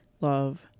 Love